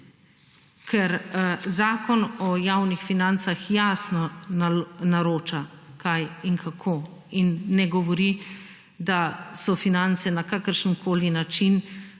Ker Zakon o javnih financah jasno naroča, kaj in kako, in ne govori, da so finance na kakršenkoli način